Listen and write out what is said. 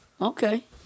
okay